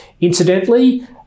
Incidentally